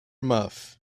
muff